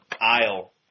aisle